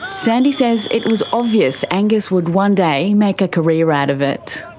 sandy says it was obvious angus would one day make a career out of it.